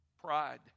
Pride